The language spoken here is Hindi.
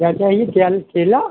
क्या चाहिए क्या केला